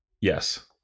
Yes